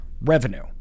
revenue